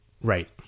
Right